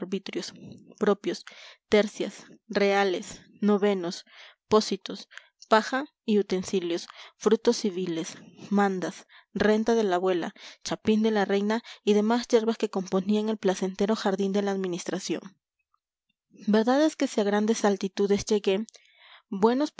arbitrios propios tercias reales noveno pósitos paja y utensilios frutos civiles mandas renta de la abuela chapín de la reina y demás yerbas que componían el placentero jardín de la administración verdad es que si a grandes altitudes llegué buenos